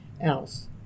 else